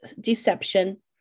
deception